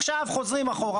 עכשיו חוזרים אחורה.